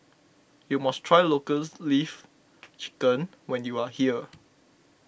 you must try Lotus Leaf Chicken when you are here